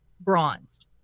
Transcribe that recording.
bronzed